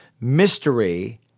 Mystery